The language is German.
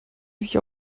sich